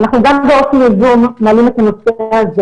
אנחנו גם באופן יזום מעלים את הנושא הזה